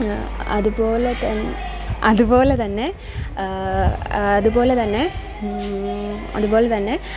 അതുപോല തന്നെ അതുപോല തന്നെ അതുപോല തന്നെ